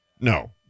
No